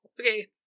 Okay